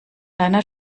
deiner